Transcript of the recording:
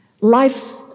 life